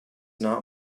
not